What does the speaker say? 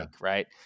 right